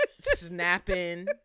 snapping